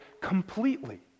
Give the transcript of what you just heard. completely